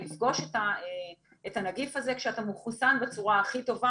לפגוש את הנגיף הזה כשאתה מחוסן בצורה הכי טובה.